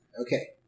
Okay